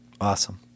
Awesome